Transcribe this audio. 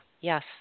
Yes